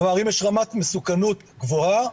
כלומר אם יש רמת מסוכנות גבוהה,